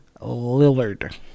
Lillard